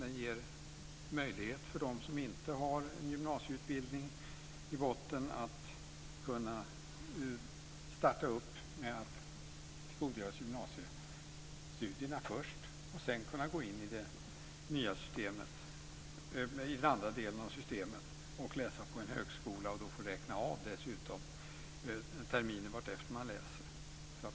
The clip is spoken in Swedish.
Det ger en möjlighet för dem som inte har en gymnasieutbildning i botten att starta upp med att tillgodogöra sig gymnasiestudierna först och sedan gå in i den andra delen av systemet. Då kan de läsa på en högskola och dessutom räkna av terminer vartefter de läser.